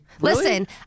listen